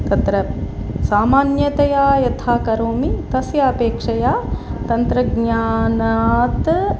तत्र सामान्यतया यथा करोमि तस्य अपेक्षया तन्त्रज्ञानात्